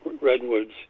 redwoods